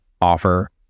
offer